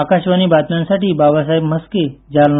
आकाशवाणी बातम्यांसाठी बाबासाहेब म्हस्के जालना